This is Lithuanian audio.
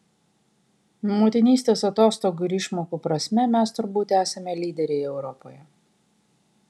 motinystės atostogų ir išmokų prasme mes turbūt esame lyderiai europoje